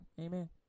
amen